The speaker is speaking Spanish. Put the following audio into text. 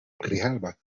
grijalba